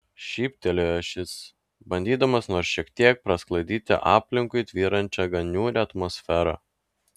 šyptelėjo šis bandydamas nors šiek tiek prasklaidyti aplinkui tvyrančią gan niūrią atmosferą